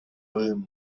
room